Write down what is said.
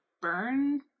burn